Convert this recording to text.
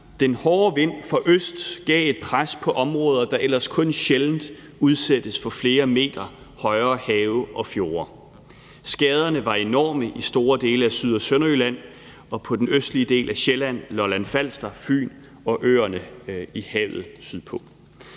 Den hårde vind fra øst gav et pres på områder, der ellers kun sjældent udsættes for flere meter højere vandstand fra have og fjorde. Skaderne var enorme i store dele af Syd- og Sønderjylland og på den østlige del af Sjælland, Lolland-Falster, Fyn og øerne i havet sydpå.